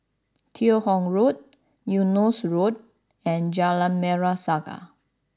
Teo Hong Road Eunos Road and Jalan Merah Saga